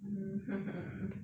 mm hmm hmm